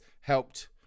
helped